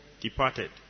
Departed